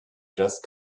just